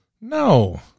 No